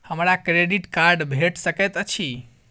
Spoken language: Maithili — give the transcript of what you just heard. हमरा क्रेडिट कार्ड भेट सकैत अछि?